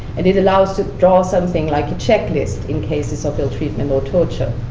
and it allows to draw something like a checklist, in cases of ill treatment or torture.